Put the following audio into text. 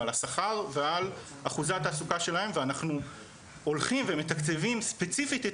על השכר ועל אחוזי התעסוקה שלהם ואנחנו הולכים ומתקצבים ספציפית את